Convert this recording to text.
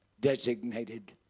designated